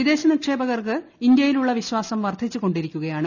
വിദേശ നിക്ഷേപകർക്ക് ഇന്ത്യയിലുള്ള വിശ്വാസം വർദ്ധിച്ചു കൊണ്ടിരിക്കുകയാണ്